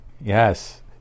Yes